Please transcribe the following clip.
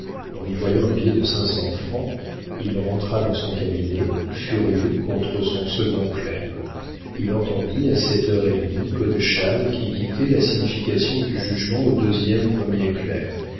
en y voyant un billet de cinq cents francs il rentra dans son cabinet furieux contre son second clerc il entendit à sept heures et demie godeschal qui dictait la signification du jugement au deuxième premier clerc